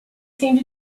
seemed